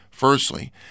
firstly